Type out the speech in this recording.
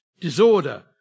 disorder